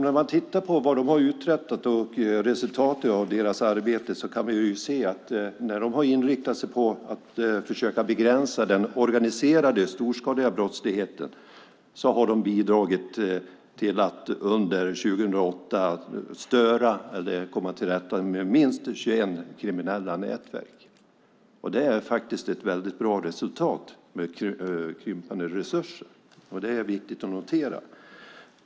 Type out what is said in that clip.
När man tittar på vad de har uträttat och resultatet av deras arbete kan man se att när de har inriktat sig på att försöka begränsa den organiserade storskaliga brottsligheten har de bidragit till att under 2008 störa eller komma till rätta med minst 21 kriminella nätverk. Det är ett mycket bra resultat med krympande resurser. Det är viktigt att notera.